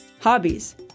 Hobbies